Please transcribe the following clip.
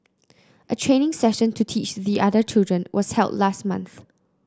a training session to teach the other children was held last month